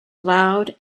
loud